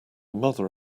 mother